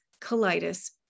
colitis